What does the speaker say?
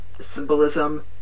symbolism